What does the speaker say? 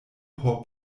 por